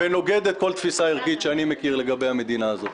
ונוגדת כל תפיסה ערכית שאני מכיר לגבי המדינה הזאת.